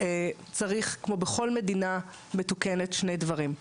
כמו בכל מדינה מתוקנת צריך שני דברים.